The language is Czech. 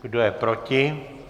Kdo je proti?